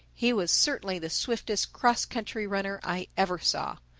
he was certainly the swiftest cross-country runner i ever saw.